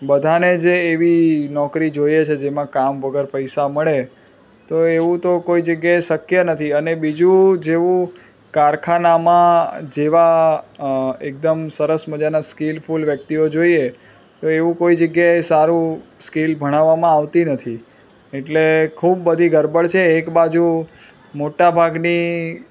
બધાને જે એવી નોકરી જોઈએ છે જેમાં કામ વગર પૈસા મળે તો એવું તો કોઈ જગ્યાએ શક્ય નથી આને બીજુ જેવું કારખાનામાં જેવા એકદમ સરસ મજાના સ્કિલફૂલ વ્યક્તિઓ જોઈએ તો એવું કોઈ જગ્યાએ સારું સ્કિલ ભણાવવામાં આવતી નથી એટલે ખૂબ બધી ગરબડ છે એકબાજુ મોટાભાગની